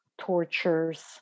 tortures